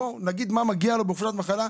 בואו נגיד מה מגיע לו בחופשת מחלה.